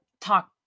talk